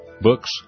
books